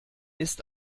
ist